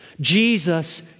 Jesus